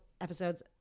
episodes